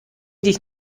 dich